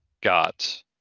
Got